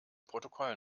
protokoll